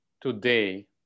today